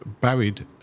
buried